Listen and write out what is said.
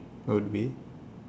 would be